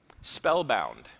Spellbound